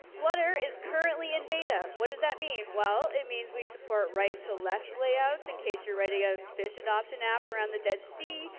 flutter is currently in beta. what does that mean? well, it means we support right to left layouts in case you're writing a fish adoption app around the daddy sea,